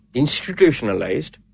institutionalized